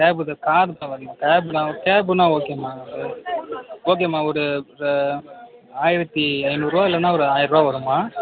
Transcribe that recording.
cab இது கார் சவாரி கேபு கேப்புனால் ஓகேமா ஓகேமா ஒரு ஆயிரத்து ஐநூறு ரூபா இல்லைனா ஆயிரம் ரூபா வருமா